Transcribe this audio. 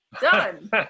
done